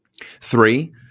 Three